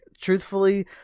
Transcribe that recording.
truthfully